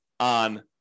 on